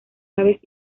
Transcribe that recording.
aves